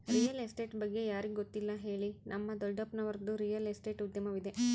real estate ಬಗ್ಗೆ ಯಾರಿಗೆ ಗೊತ್ತಿಲ್ಲ ಹೇಳಿ, ನಮ್ಮ ದೊಡ್ಡಪ್ಪನವರದ್ದು ರಿಯಲ್ ಎಸ್ಟೇಟ್ ಉದ್ಯಮವಿದೆ